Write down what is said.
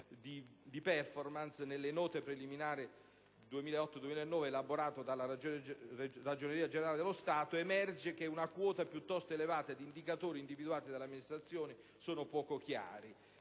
di *performance* nelle note preliminari 2008-2009» elaborato dalla Ragioneria generale dello Stato, emerge che «una quota piuttosto elevata di indicatori individuati dalle amministrazioni sono poco chiari»,